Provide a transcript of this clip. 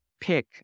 pick